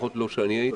לפחות לא כשאני הייתי,